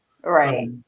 Right